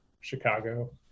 Chicago